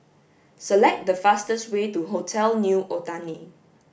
select the fastest way to Hotel New Otani